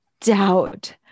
doubt